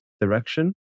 direction